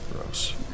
gross